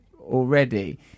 already